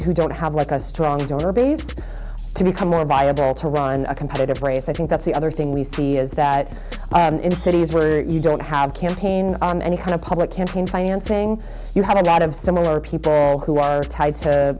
who don't have like a strong donor base to become more viable to run a competitive race i think that's the other thing we see is that in the cities where you don't have campaign on any kind of public campaign financing you have about of similar people who are tied to